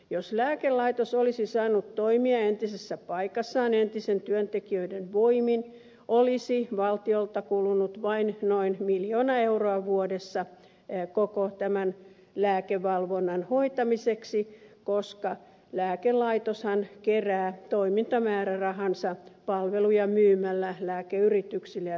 jos lääkelaitos olisi saanut toimia entisessä paikassaan entisten työntekijöiden voimin olisi valtiolta kulunut vain noin miljoona euroa vuodessa koko tämän lääkevalvonnan hoitamiseksi koska lääkelaitoshan kerää toimintamäärärahansa myymällä palveluja lääkeyrityksille ja tutkijoille